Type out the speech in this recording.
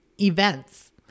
events